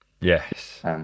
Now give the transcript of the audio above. Yes